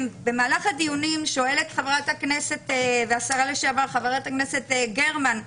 במהלך הדיונים שואלת השרה לשעבר, חברת הכנסת גרמן: